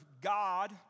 God